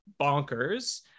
bonkers